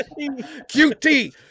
QT